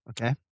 Okay